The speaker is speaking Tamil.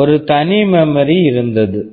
ஒரு தனி மெமரி memory இருந்தது